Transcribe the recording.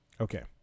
okay